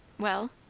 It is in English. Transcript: well?